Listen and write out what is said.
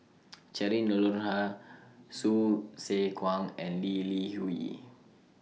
Cheryl Noronha Hsu Tse Kwang and Lee Li Hui